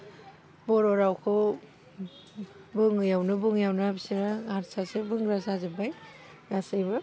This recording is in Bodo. बर' रावखौ बुङैयावनो बुङैयावनो बिसोरो हारसासो बुंग्रा जाजोबबाय गासैबो